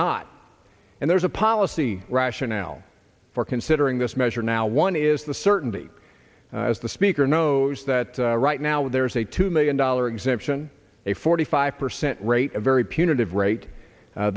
not and there's a policy rationale for considering this measure now one is the certainty as the speaker knows that right now there is a two million dollar exemption a forty five percent rate a very